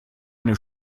eine